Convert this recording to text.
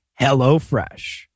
HelloFresh